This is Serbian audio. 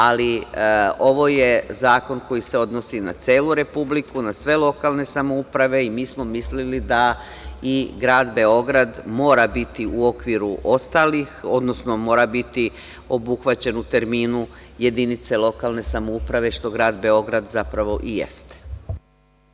Ali, ovo je zakon koji se odnosi na celu Republiku, na sve lokalne samouprave i mi smo mislili da Grad Beograd mora biti u okviru ostalih, odnosno mora biti obuhvaćen u terminu jedinice lokalne samouprave, što Grad Beograd zapravo i jeste.